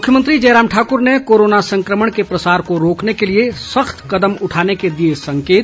मुख्यमंत्री जयराम ठाकुर ने कोरोना संक्रमण के प्रसार को रोकने के लिए सख्त कदम उठाने के दिए संकेत